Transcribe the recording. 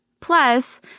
Plus